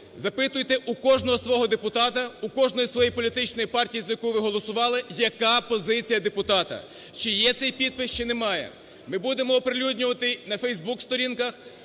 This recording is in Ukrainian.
запитуйте у кожного свого депутата, у кожної своєї політичної партії, за яку ви голосували, яка позиція депутата, чи є цей підпис, чи немає. Ми будемо оприлюднювати на фейсбук-сторінках,